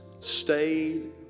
stayed